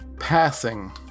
Passing